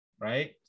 right